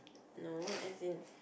no as in